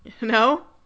No